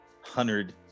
hundred